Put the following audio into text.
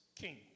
king